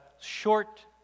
short